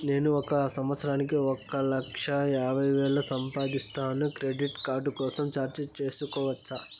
నేను ఒక సంవత్సరానికి ఒక లక్ష యాభై వేలు సంపాదిస్తాను, క్రెడిట్ కార్డు కోసం అర్జీ సేసుకోవచ్చా?